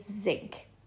zinc